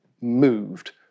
moved